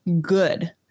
good